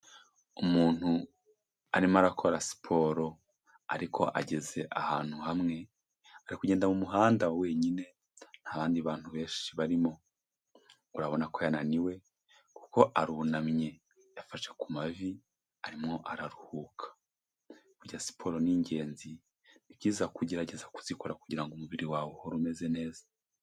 Umuntu arimo arakora siporo ariko ageze ahantu hamwe, ari kugenda mu muhanda wenyine, ntabandi bantu benshi barimo. Urabona ko yananiwe kuko arunamye. Yafashe ku mavi arimo araruhuka. Burya siporo ni ingenzi ni byiza kugerageza kuzikora kugira ngo umubiri wawe uhore umeze neza.